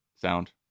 sound